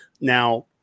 Now